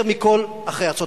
כמעט יותר מכול אחרי ארצות-הברית.